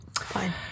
Fine